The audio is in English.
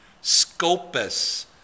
Scopus